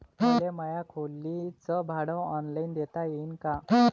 मले माया खोलीच भाड ऑनलाईन देता येईन का?